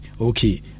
okay